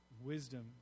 wisdom